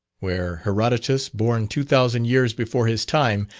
where herodotus, born two thousand years before his time,